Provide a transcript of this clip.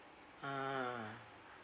ah